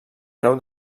creu